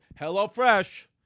HelloFresh